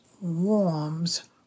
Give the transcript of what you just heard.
warms